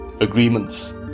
agreements